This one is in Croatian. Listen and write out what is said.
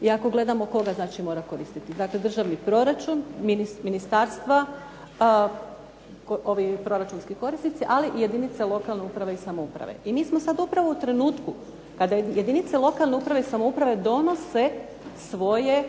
i ako gledamo tko ga znači mora koristiti. Dakle, državni proračun, ministarstva, proračunski korisnici, ali i jedinice lokalne uprave i samouprave. I mi smo sad upravo u trenutku kad jedinice lokalne uprave i samouprave donose svoje